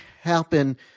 happen